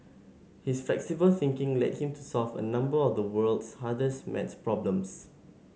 his flexible thinking led him to solve a number of the world's hardest maths problems